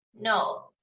no